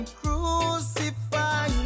crucify